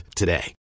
today